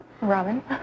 Robin